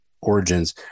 origins